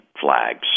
flags